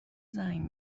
زنگ